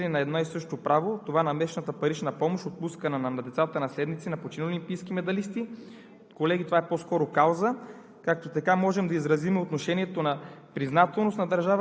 С тези изменения и допълнения се преодолява неравнопоставеното третиране на децата, носители на едно и също право – това на месечната парична помощ, отпускана на децата, наследници на починали олимпийски медалисти